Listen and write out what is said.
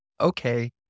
Okay